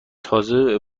تازه